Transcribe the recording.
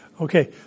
Okay